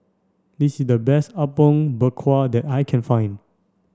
this is the best Apom Berkuah that I can find